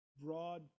broad